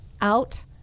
out